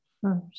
first